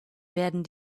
werden